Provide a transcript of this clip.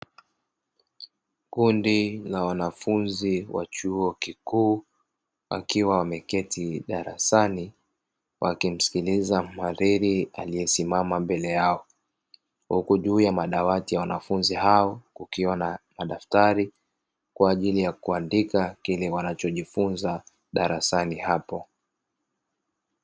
Kundi la wanafunzi wa chuo kikuu, wakiwa wameketi darasani wakimsikiliza mhadhiri aliyesimama mbele yao, huku juu ya madawati ya wanafunzi hao kukiwa na madaftari kwa ajili ya kuandika kile wanachojifunza darasani hapo.